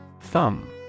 Thumb